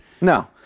No